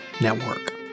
Network